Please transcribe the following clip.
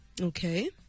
Okay